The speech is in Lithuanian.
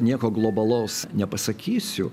nieko globalaus nepasakysiu